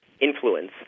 influence